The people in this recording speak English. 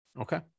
Okay